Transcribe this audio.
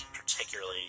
particularly